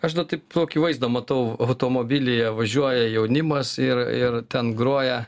aš dar taip tokį vaizdą matau automobilyje važiuoja jaunimas ir ir ten groja